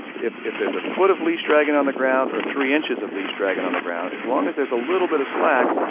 if if there's a foot of leash dragging on the ground or three inches of leash dragging on the ground, as long as there's a little bit of slack,